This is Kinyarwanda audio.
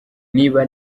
niba